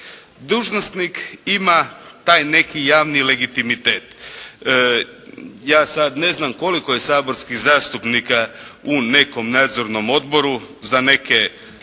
Dužnosnik ima taj neki javni legitimitet. Ja sad ne znam koliko je saborskih zastupnika u nekom nadzornom odboru, za neke